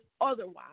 otherwise